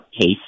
case